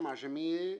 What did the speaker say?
חאתם עג'מיה,